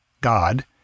God